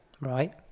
Right